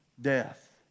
death